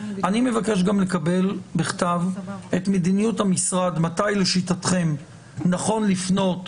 ואני גם מבקש לקבל בכתב את מדיניות המשרד מתי לשיטתכם נכון לפנות